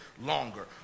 longer